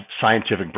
scientific